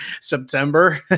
September